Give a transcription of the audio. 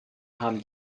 haben